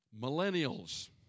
Millennials